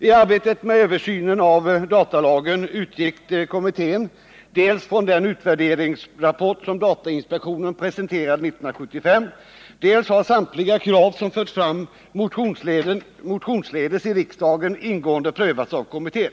I arbetet med översynen av datalagen utgick kommittén från den utvärderingsrapport som datainspektionen presenterade 1975. Samtliga krav som motionsledes har förts fram i riksdagen har också ingående prövats av kommittén.